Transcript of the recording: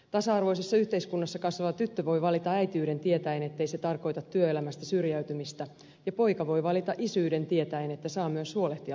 tasa arvoisessa yhteiskunnassa kasvava tyttö voi valita äitiyden tietäen ettei se tarkoita työelämästä syrjäytymistä ja poika voi valita isyyden tietäen että saa myös huolehtia lapsestaan